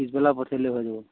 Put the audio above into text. পিছবেলা পঠিয়াই দিলে হৈ যাব